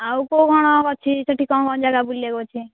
ଆଉ କେଉଁ କ'ଣ ଅଛି ସେଇଠି କ'ଣ କ'ଣ ଜାଗା ବୁଲିବାକୁ ଅଛି